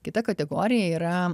kita kategorija yra